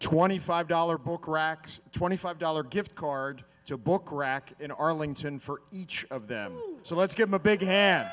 twenty five dollars book racks twenty five dollars gift card to book rack in arlington for each of them so let's give a big hand